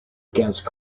against